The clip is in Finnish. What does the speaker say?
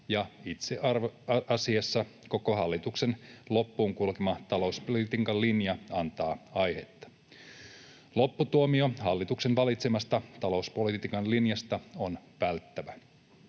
itse asiassa koko hallituksen loppuun kulkema talouspolitiikan linja antaa aihetta. Lopputuomio hallituksen valitsemasta talouspolitiikan linjasta on välttävä.